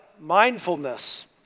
Mindfulness